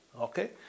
Okay